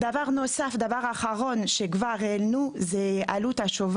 כולם מדברים, אבל אין משהו ברור למה זה שייך,